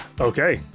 Okay